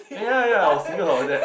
ya ya I was thinking of that